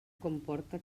comporta